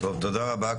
תודה רבה.